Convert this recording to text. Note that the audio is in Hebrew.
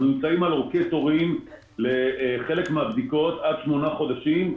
אנחנו נמצאים בתורים לחלק מהבדיקות עד 8 חודשים,